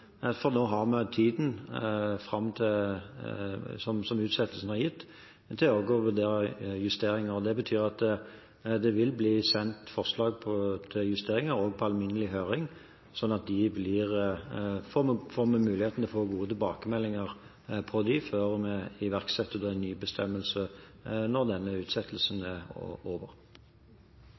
tiden som utsettelsen har gitt, til også å vurdere justeringer. Det betyr at det vil bli sendt forslag til justeringer på alminnelig høring, slik at vi får mulighet til å få gode tilbakemeldinger på dem, før vi iverksetter de nye bestemmelsene når utsettelsen er over.